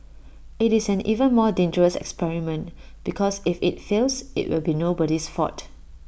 IT is an even more dangerous experiment because if IT fails IT will be nobody's fault